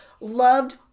loved